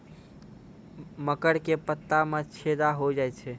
मकर के पत्ता मां छेदा हो जाए छै?